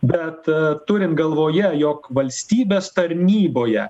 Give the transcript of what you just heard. bet turint galvoje jog valstybės tarnyboje